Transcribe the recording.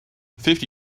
fifty